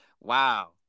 wow